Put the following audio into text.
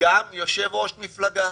גם יושב-ראש מפלגה.